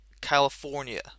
California